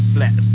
Flat